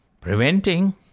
Preventing